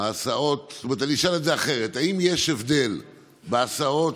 אשאל את זה אחרת: האם יש הבדל בהסעות